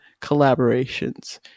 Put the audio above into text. collaborations